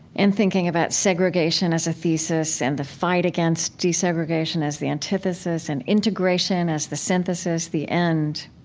and thinking about segregation as a thesis, and the fight against desegregation as the antithesis, and integration as the synthesis, the end.